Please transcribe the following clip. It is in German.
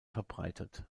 verbreitet